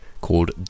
called